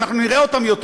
ואנחנו נראה אותם יותר,